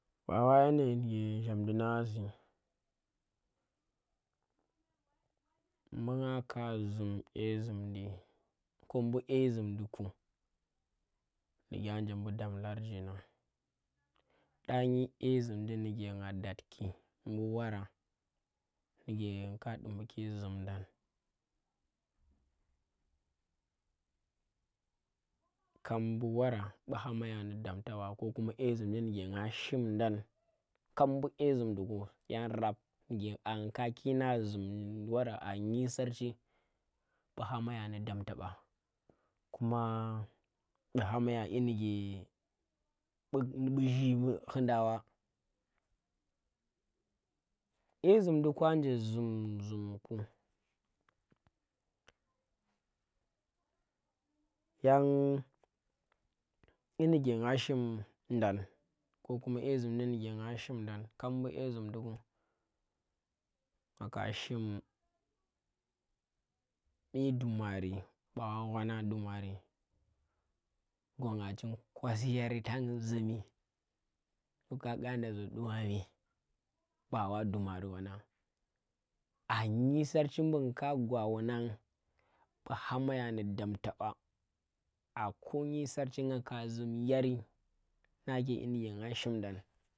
Ba wa yanda ndike zham ndi nang a si, mbu nga ka zum ƙye zum ndi, ko mbu̱ ƙye zum ndi ku ndike anje bu dam larji nagn, ƙya nyi azum ndi nike nga dat ki bu wara ndike nga dumaki zhum dang kab mbu wara ɓu hama ya ndi damta ba kokuma azumndi ndike nga shimdan kab ɓu a zum ndi ku yan rap a nga ka kina zumndan wara anyi sarchi bu hama ya ndi damtaba kuma ɓu hama ya ƙyinike ɓu zhee ghunda wa a zum ndukwa nje zum zum ku, yang kyi ndike nga shimdang, kokuma azumndi ndike nga shim dang kap bu ye zum ndi ku nga ka shim, ƙye dumari maa wanngan dumari gwanga chin kosiyarri tang zumi. Nduka ƙanda za dumame ɓa wa dumari wannang a nyi sarchi ɓu nga ka gwa wanang bu hama ya ndi damta ɓa a ko nyi sarchi nga ka zum yari nake kyi ndike nga shim dang.